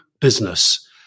business